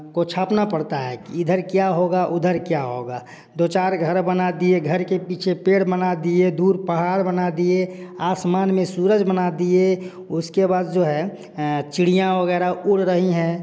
को छापना पड़ता है इधर क्या होगा उधर क्या होगा दो चार घर बना दिए घर के पीछे पेड़ बना दिए दूर पहाड़ बना दिए आसमान में सूरज बना दिए उसके बाद जो है चिड़िया वगैरह उड़ रही हैं